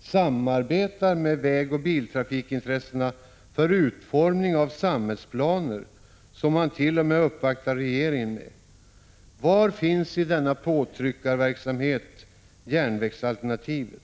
samarbetar med vägoch biltrafikintressena för utformning av samhällsplaner som man t.o.m. uppvaktar regeringen med. Var finns i denna påtryckarverksamhet järnvägsalternativet?